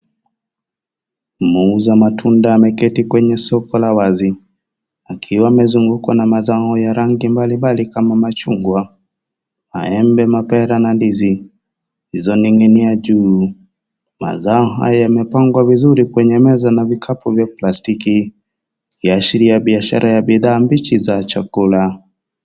Muuza matunda ameketi kwenye soko la wazi akiwa amezungukwa na mazao ya rangi mbalimbali kama machungwa, maembe, mipera na ndizi zilizoninginia juu, mazao haya yamepangwa vizuri kwenye meza na vikapu vya plastiki ikiashiria biashara ya bidhaa mbichi ya chakula.